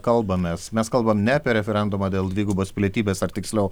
kalbamės mes kalbam ne apie referendumą dėl dvigubos pilietybės ar tiksliau